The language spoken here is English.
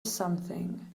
something